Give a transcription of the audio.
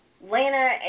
Lana